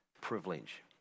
privilege